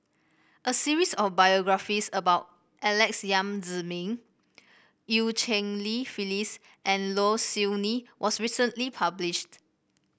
a series of biographies about Alex Yam Ziming Eu Cheng Li Phyllis and Low Siew Nghee was recently published